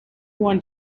want